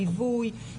ליווי,